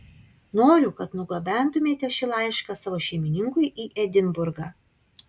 noriu kad nugabentumėte šį laišką savo šeimininkui į edinburgą